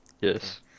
Yes